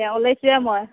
এই ওলাইছোঁয়েই মই